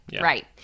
Right